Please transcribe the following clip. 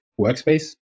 workspace